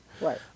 Right